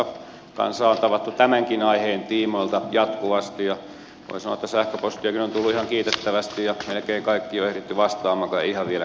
kansaa on tavattu tämänkin aiheen tiimoilta jatkuvasti ja voin sanoa että sähköpostiakin on tullut ihan kiitettävästi ja melkein kaikkiin on ehditty vastaamaan tai ei ihan vielä kaikkiin